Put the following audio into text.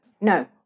no